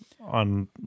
on